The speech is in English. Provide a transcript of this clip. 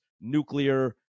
nuclear